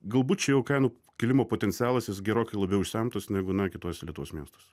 galbūt čia jau kainų kilimo potencialas jis gerokai labiau išsemtas negu kituose lietuvos miestuose